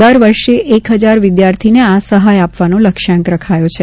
દર વર્ષે એક હજાર વિદ્યાર્થીને આ સહાય આપવાનો લક્ષ્યાંક રખાયો છે